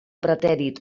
pretèrit